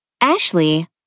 Ashley